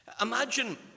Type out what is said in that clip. imagine